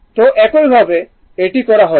সুতরাং এইভাবে এটি করা হয়েছে